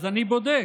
אז אני בודק.